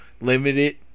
limited